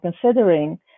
considering